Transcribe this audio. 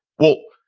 well,